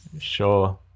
Sure